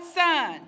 son